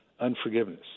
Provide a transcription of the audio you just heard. unforgiveness